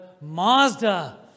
Mazda